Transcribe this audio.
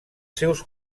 seus